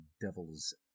devil's